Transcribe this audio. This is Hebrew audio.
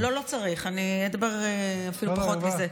לא, לא צריך, אני אדבר אפילו פחות מזה,